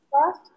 First